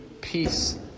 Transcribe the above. peace